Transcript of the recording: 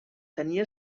tenia